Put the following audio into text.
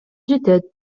жетет